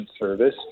service